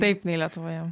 taip nei lietuvoje